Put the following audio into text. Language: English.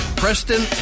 Preston